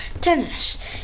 tennis